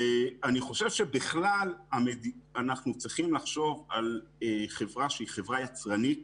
אני חושב שבכלל אנחנו צריכים לחשוב על חברה שהיא חברה יצרנית